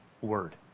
word